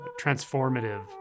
transformative